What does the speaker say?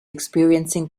experiencing